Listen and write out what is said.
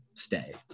stay